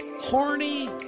horny